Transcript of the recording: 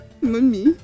mommy